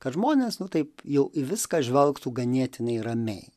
kad žmonės taip jau į viską žvelgtų ganėtinai ramiai